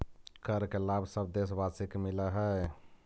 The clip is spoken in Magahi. कर के लाभ सब देशवासी के मिलऽ हइ